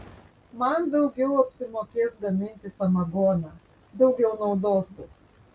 man daugiau apsimokės gaminti samagoną daugiau naudos bus